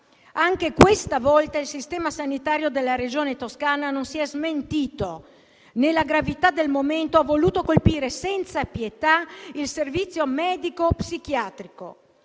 Anche questa volta, il Sistema sanitario della Regione Toscana non si è smentito. Nella gravità del momento, ha voluto colpire senza pietà il servizio medico psichiatrico.